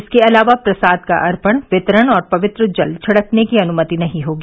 इसके अलावा प्रसाद का अर्पण वितरण और पवित्र जल छिड़कने की अनुमति नहीं होगी